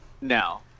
No